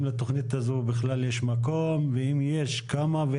לתכנית הזאת יש מקום בכלל בחברה הערבית,